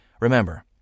Remember